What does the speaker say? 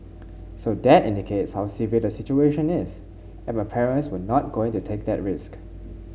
so that indicates how severe the situation is and my parents were not going to take that risk